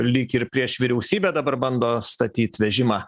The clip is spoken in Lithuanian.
lyg ir prieš vyriausybę dabar bando statyt vežimą